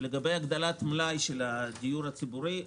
לגבי הגדלת מלאי הדיור הציבורי,